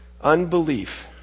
Unbelief